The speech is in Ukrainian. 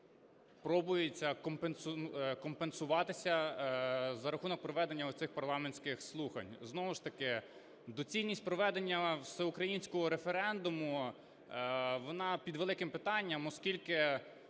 пробується компенсуватися за рахунок проведення оцих парламентських слухань. Знову ж таки доцільність проведення всеукраїнського референдуму, вона під великим питанням, оскільки